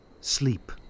sleep